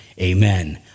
Amen